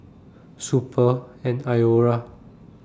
Schick Super and Iora